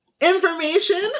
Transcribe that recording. information